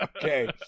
Okay